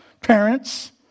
Parents